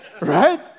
right